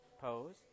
pose